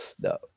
no